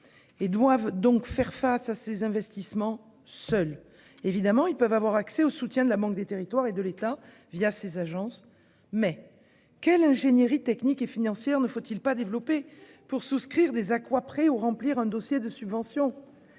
qui doivent donc faire face seuls à ces investissements. Évidemment, ils peuvent avoir accès aux soutiens de la Banque des territoires, donc de l'État, ses agences, mais quelle ingénierie technique et financière ne faut-il pas développer pour souscrire des Aqua Prêts ou remplir un dossier de subvention !